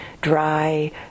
dry